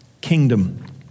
kingdom